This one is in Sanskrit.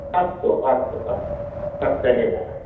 अस्तु अस्तु अस्तु अस्तु धन्यवादः